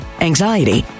anxiety